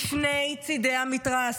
משני צדי המתרס.